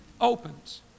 opens